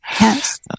yes